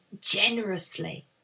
generously